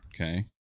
Okay